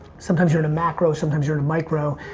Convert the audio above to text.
sometimes you're in a macro, sometimes you're in a micro.